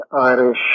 Irish